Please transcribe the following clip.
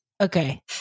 Okay